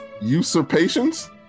usurpations